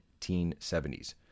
1970s